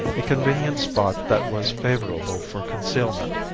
a convenient spot that was favorable for concealment,